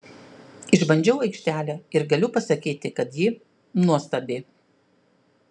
išbandžiau aikštelę ir galiu pasakyti kad ji nuostabi